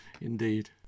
Indeed